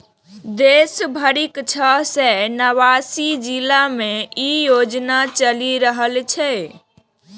देश भरिक छह सय नवासी जिला मे ई योजना चलि रहल छै